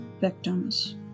victims